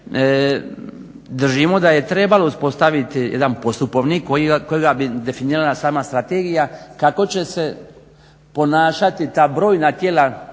držimo da je trebalo uspostaviti jedan postupovnik kojega bi definirala sama strategija kako će se ponašati ta brojna tijela